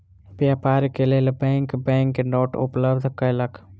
व्यापार के लेल बैंक बैंक नोट उपलब्ध कयलक